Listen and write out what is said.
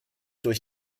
durch